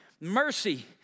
Mercy